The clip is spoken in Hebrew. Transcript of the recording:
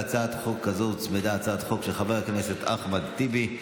להצעת החוק הזו הוצמדה הצעת חוק של חבר הכנסת אחמד טיבי,